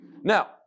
Now